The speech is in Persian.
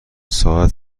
ساعت